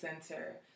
center